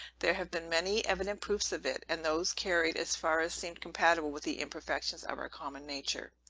there have been many evident proofs of it, and those carried as far as seemed compatible with the imperfections of our common nature.